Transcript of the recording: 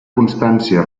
constància